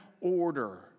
order